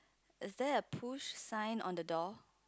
is there a push sign on the door